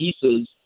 pieces